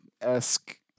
esque